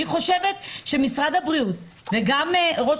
אני חושבת שמשרד הבריאות וגם ראש